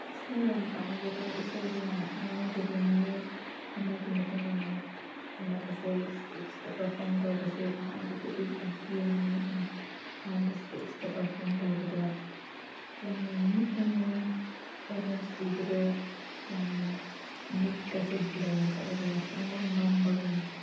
ꯏꯁꯩ ꯌꯥꯝ ꯄꯥꯝꯖꯕ ꯏꯁꯩꯗ ꯌꯥꯝ ꯉꯥꯎꯖꯕ ꯃꯤ ꯑꯃꯒꯤ ꯃꯇꯨꯡꯏꯟꯅ ꯑꯩꯍꯥꯛ ꯑꯁꯦ ꯏꯁꯇꯦꯖꯇ ꯄꯔꯐꯣꯔꯝ ꯇꯧꯕꯁꯦ ꯑꯍꯥꯟꯕꯗꯗꯤ ꯌꯥꯝ ꯀꯤꯔꯝꯃꯦ ꯑꯩꯅ ꯑꯍꯥꯟꯕ ꯏꯁꯇꯦꯖꯇ ꯄꯔꯐꯣꯔꯝ ꯇꯧꯕꯗ ꯌꯥꯝꯅ ꯅꯤꯛꯂꯝꯃꯦ ꯑꯣꯗꯤꯌꯟꯁ ꯎꯕꯗ ꯌꯥꯝꯅ ꯃꯤꯠꯀꯁꯦ ꯕ꯭ꯂꯔ ꯆꯠꯂꯒ ꯄꯨꯡꯃꯝ ꯃꯝꯕꯒꯨꯝ